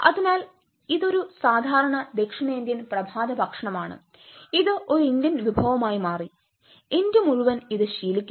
അതിനാൽ ഇത് ഒരു സാധാരണ ദക്ഷിണേന്ത്യൻ പ്രഭാതഭക്ഷണമാണ് ഇത് ഒരു ഇന്ത്യൻ വിഭവമായി മാറി ഇന്ത്യ മുഴുവൻ ഇത് ശീലിക്കുന്നു